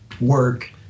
work